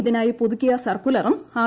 ഇതിനായി പുതുക്കിയ സർക്കുലറും ആർ